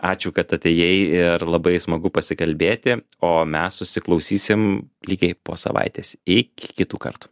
ačiū kad atėjai ir labai smagu pasikalbėti o mes susiklausysim lygiai po savaitės iki kitų kartų